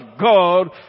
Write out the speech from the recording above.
God